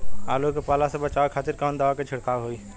आलू के पाला से बचावे के खातिर कवन दवा के छिड़काव होई?